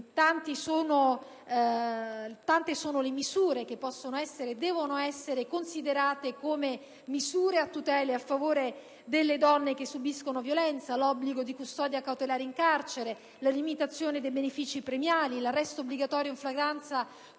Tante sono le misure che possono e devono essere considerate a tutela e a favore delle donne che subiscono violenza: l'obbligo di custodia cautelare in carcere; la limitazione dei benefici premiali; l'arresto obbligatorio in flagranza